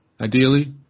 ideally